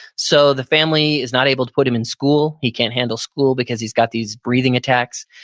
so, the family is not able to put him in school. he can't handle school because he's got these breathing attacks.